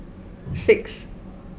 six